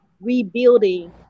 rebuilding